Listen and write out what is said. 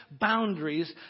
boundaries